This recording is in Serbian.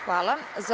Hvala.